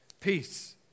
peace